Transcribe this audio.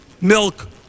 milk